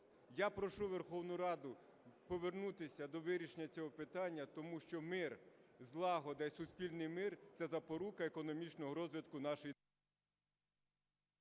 Я прошу Верховну Раду повернутися до вирішення цього питання, тому що мир, злагода і суспільний мир – це запорука економічного розвитку нашої...